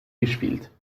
gespielt